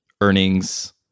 earnings